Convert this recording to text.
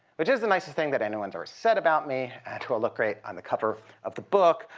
which is the nicest thing that anyone's ever said about me and will look great on the cover of the book,